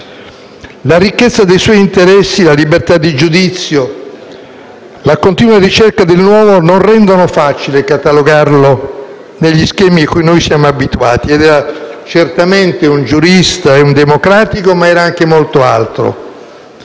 La ricchezza dei suoi interessi, la libertà di giudizio, la continua ricerca del nuovo non rendono facile catalogarlo negli schemi a cui siamo abituati: era certamente un giurista e un democratico, ma anche molto altro.